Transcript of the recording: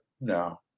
no